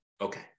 Okay